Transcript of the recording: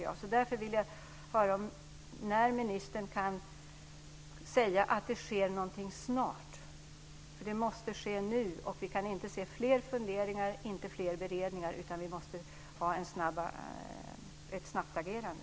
Jag vill höra om ministern kan säga att det kommer att ske något snart. Det måste ske något nu. Vi kan inte har fler funderingar och fler beredningar. Vi måste få ett snabbt agerande.